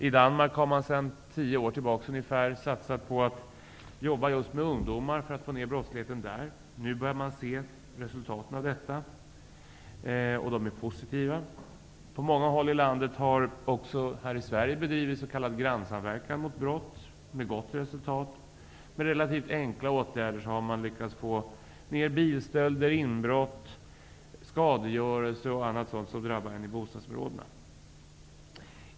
I Danmark har man sedan ungefär tio år satsat på att jobba med just ungdomar för att få ned brottsligheten där -- nu börjar man se resultaten av detta, och de är positiva. Också på många håll här i Sverige har det bedrivits s.k. grannsamverkan mot brott -- med gott resultat. Med relativt enkla åtgärder har man lyckats få ned mängden bilstölder, inbrott, skadegörelse och annat sådant som drabbar människor i bostadsområdena.